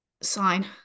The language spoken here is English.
sign